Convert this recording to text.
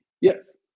Yes